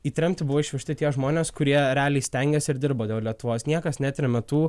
į tremtį buvo išvežti tie žmonės kurie realiai stengėsi ir dirbo dėl lietuvos niekas netrėmė tų